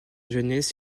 jeunesse